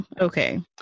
Okay